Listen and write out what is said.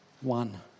one